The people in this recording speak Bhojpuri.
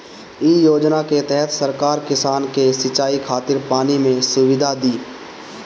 इ योजना के तहत सरकार किसान के सिंचाई खातिर पानी के सुविधा दी